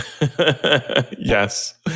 yes